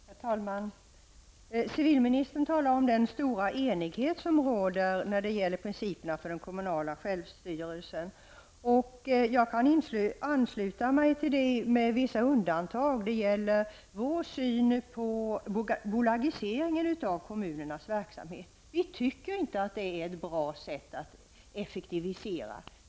Herr talman! Civilministern talar om den stora enighet som råder när det gäller principerna för den kommunala självstyrelsen. Jag kan ansluta mig till det med vissa undantag. Det gäller vår syn på bolagiseringen av kommunernas verksamhet. Vi tycker inte att det är ett bra sätt att effektivisera.